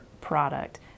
product